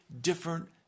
different